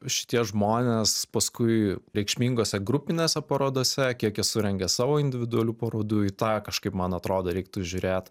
šitie žmonės paskui reikšmingose grupinėse parodose kiek jie surengė savo individualių parodų į tą kažkaip man atrodo reiktų žiūrėt